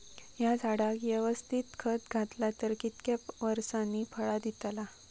हया झाडाक यवस्तित खत घातला तर कितक्या वरसांनी फळा दीताला?